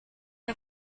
are